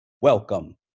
Welcome